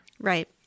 Right